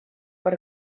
per